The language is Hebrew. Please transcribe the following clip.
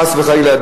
חס וחלילה,